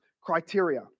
criteria